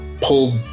pulled